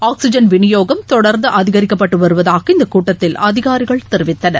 oxygen வினியோகம் தொடர்ந்துஅதிகரிக்கப்பட்டுவருவதாக இந்தகூட்டத்தில் அதிகாரிகள் தெரிவித்தனர்